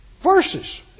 Verses